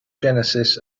genesis